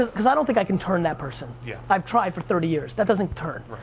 ah cause i don't think i can turn that person, yeah i've tried for thirty years. that doesn't turn.